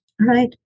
right